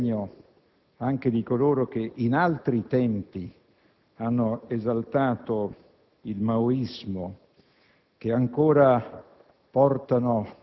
del sostegno anche di coloro che in altri tempi hanno esaltato il maoismo e ancora